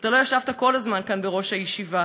אתה לא ישבת כל הזמן כאן בראש הישיבה,